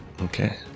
Okay